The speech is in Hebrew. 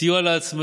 3. סיוע לעצמאים,